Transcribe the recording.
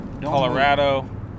Colorado